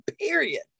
Period